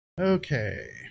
Okay